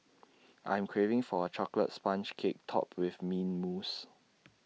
I'm craving for A Chocolate Sponge Cake Topped with Mint Mousse